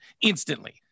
instantly